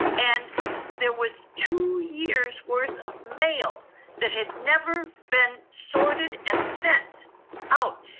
and there was two years worth of mail that had never been sorted and sent out.